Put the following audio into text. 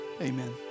Amen